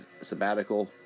sabbatical